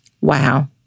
Wow